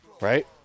Right